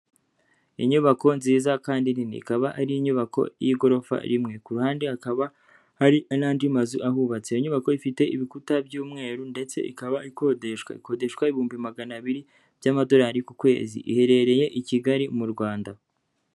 Inyubako nziza kandi nini, ikaba ari inyubako y'igorofa rimwe, ku ruhande hakaba hari n'andi mazu ahubatse, iyo nyubako ifite ibikuta by'umweru ndetse ikaba ikodeshwa, ikodeshwa ibihumbi magana abiri by'amadolari ku kwezi, iherereye i Kigali mu Rwanda.